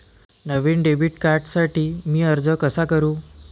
नवीन debit कार्डसाठी मी अर्ज कसा करू?